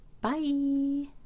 Bye